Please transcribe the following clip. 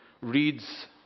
reads